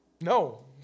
No